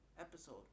episode